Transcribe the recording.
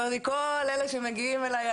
כל החסונים שמגיעים אליי,